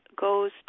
goes